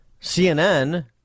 CNN